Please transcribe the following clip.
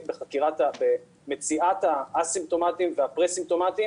במציאת הא-סימפטומטיים והפרה-סימפטומטיים,